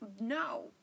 no